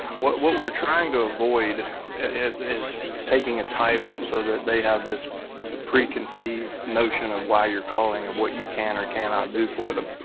what what we're trying to avoid is is taking a title so that they have this preconceived notion of why you're calling and what you can or cannot do for them.